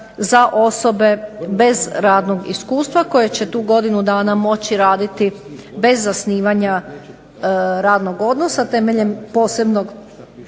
za osobe bez radnog iskustva koji će tu moći raditi godinu dana bez zasnivanja radnog odnosa temeljem posebnog